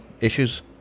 issues